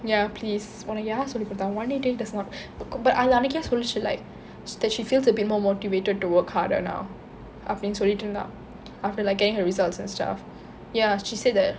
ya please உனக்கு யாரு சொல்லி கொடுத்தா:unakku yaaru solli koduttha one eight eight is not but அது அன்னைக்கே சொல்லுச்சு:athu annaikke solluchu she like that she feels a bit more motivated to work harder now after this turns out after like getting her results and stuff ya she said that